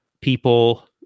people